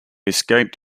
escaped